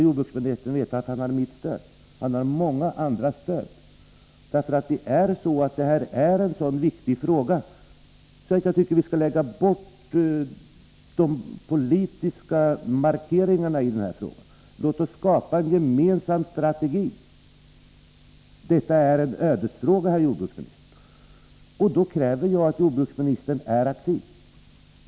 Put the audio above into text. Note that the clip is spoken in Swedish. Jordbruksministern skall veta att han där har mitt och många andras stöd. Detta är nämligen en så viktig fråga att jag tycker att vi skall lägga bort de politiska markeringarna. Låt oss skapa en gemensam strategi! Detta är en ödesfråga, herr jordbruksminister, och då kräver jag att jordbruksministern är aktiv.